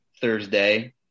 Thursday